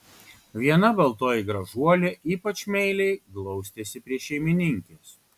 viena baltoji gražuolė ypač meiliai glaustėsi prie šeimininkės